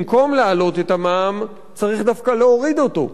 במקום להעלות את המע"מ צריך דווקא להוריד אותו,